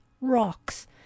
rocks